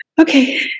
Okay